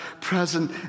present